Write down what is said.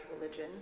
religion